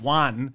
one